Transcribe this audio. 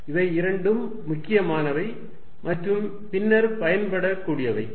இவை இரண்டும் முக்கியமானவை மற்றும் பின்னர் பயன்பட கூடியவையாகும்